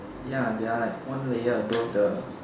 ya they are like one layer above the